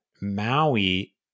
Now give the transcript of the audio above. MAUI